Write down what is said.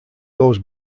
goes